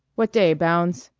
what day, bounds?